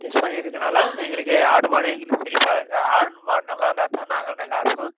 test பண்ணிட்டு இருக்கனால் எங்களுக்கு ஆடு மாடு எங்களுக்கு செழிப்பா இருந்து ஆடு மாடு நல்லா இருந்தாத்தான் நாங்களும் நல்லா இருப்போம்